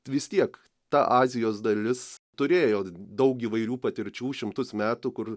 vis tiek ta azijos dalis turėjo daug įvairių patirčių šimtus metų kur